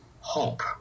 hope